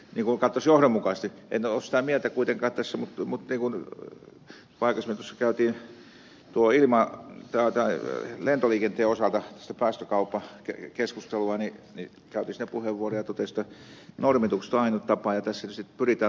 en ole kuitenkaan sitä mieltä tässä mutta kun aikaisemmin tuossa käytiin tuon lentoliikenteen osalta tätä päästökauppakeskustelua niin käytin siinä puheenvuoron ja totesin että normitukset ovat ainut tapa ja tässä tietysti pyritään normittamaan